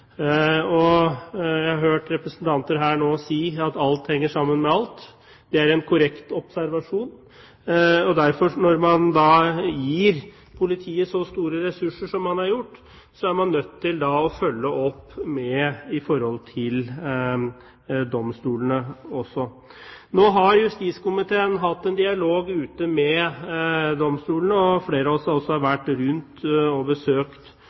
fungere. Jeg har hørt representanter her si at alt henger sammen med alt. Det er en korrekt observasjon. Derfor er man når man da gir politiet så store ressurser som man har gjort, også nødt til å følge opp i forhold til domstolene. Justiskomiteen har nå hatt en dialog med domstolene. Flere av oss har vært rundt og besøkt